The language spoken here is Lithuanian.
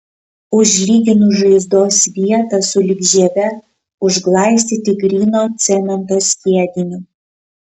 užlyginus žaizdos vietą sulig žieve užglaistyti gryno cemento skiediniu